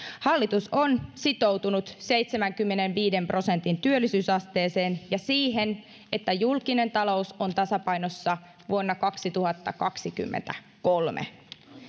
hallitus on sitoutunut seitsemänkymmenenviiden prosentin työllisyysasteeseen ja siihen että julkinen talous on tasapainossa vuonna kaksituhattakaksikymmentäkolme